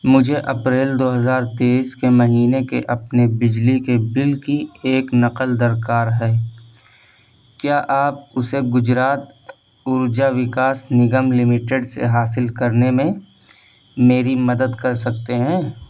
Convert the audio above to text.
مجھے اپریل دو ہزار تیس کے مہینے کے اپنے بجلی کے بل کی ایک نقل درکار ہے کیا آپ اسے گجرات ارجا وکاس نگم لمیٹڈ سے حاصل کرنے میں میری مدد کر سکتے ہیں